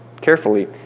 carefully